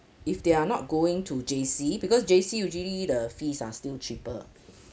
if they are not going to J_C because J_C usually the fees are still cheaper